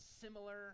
similar